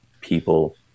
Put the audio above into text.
people